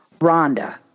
Rhonda